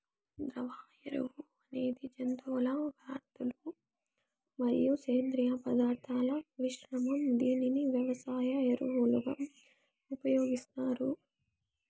ద్రవ ఎరువు అనేది జంతువుల వ్యర్థాలు మరియు సేంద్రీయ పదార్థాల మిశ్రమం, దీనిని వ్యవసాయ ఎరువులుగా ఉపయోగిస్తారు